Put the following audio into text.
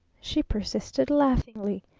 she persisted laughingly.